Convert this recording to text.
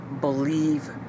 believe